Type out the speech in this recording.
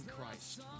Christ